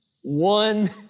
one